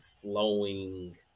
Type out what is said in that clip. flowing